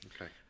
okay